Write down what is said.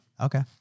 Okay